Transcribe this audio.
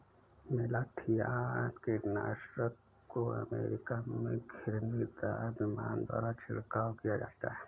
malathion कीटनाशक को America में घिरनीदार विमान द्वारा छिड़काव किया जाता है